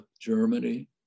Germany